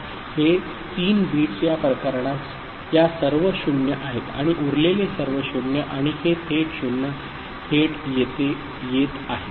हे 3 बिट्स या प्रकरणात या सर्व 0 आहेत आणि उरलेले सर्व 0 आणि हे 0 थेट येत आहे